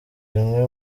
bimwe